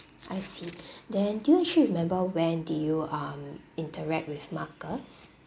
I see then do you actually remember when did you um interact with marcus